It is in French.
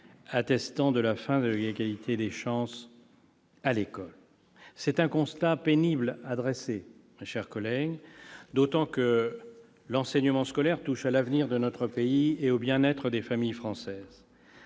atteste la fin de l'égalité des chances à l'école. C'est un constat pénible à dresser, mes chers collègues, d'autant que l'enseignement scolaire touche à l'avenir de notre pays et au bien-être des familles françaises.